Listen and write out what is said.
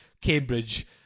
Cambridge